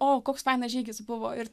o koks fainas žygis buvo ir